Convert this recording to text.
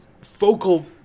focal